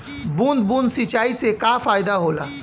बूंद बूंद सिंचाई से का फायदा होला?